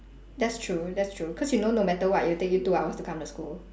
that's true that's true cause you know no matter what it'll take you two hours to come to school